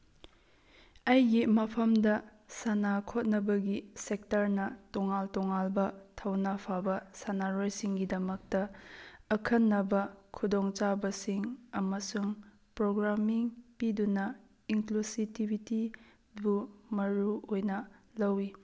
ꯑꯩꯒꯤ ꯃꯐꯝꯗ ꯁꯥꯟꯅ ꯈꯣꯠꯅꯕꯒꯤ ꯁꯦꯛꯇꯔꯅ ꯇꯣꯉꯥꯟ ꯇꯣꯉꯥꯟꯕ ꯊꯧꯅꯥ ꯐꯥꯕ ꯁꯥꯟꯅꯔꯣꯏ ꯁꯤꯡꯒꯤꯗꯝꯛꯇ ꯑꯈꯟꯅꯕ ꯈꯨꯗꯣꯡ ꯆꯥꯕꯁꯤꯡ ꯑꯃꯁꯨꯡ ꯄ꯭ꯔꯣꯒ꯭ꯔꯥꯝꯃꯤꯡ ꯄꯤꯗꯨꯅ ꯏꯟꯀ꯭ꯂꯨꯁꯤꯇꯤꯚꯤꯇꯤꯕꯨ ꯃꯔꯨ ꯑꯣꯏꯅ ꯂꯧꯋꯤ